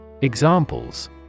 Examples